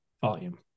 volume